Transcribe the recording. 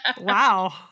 wow